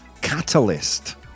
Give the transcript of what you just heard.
catalyst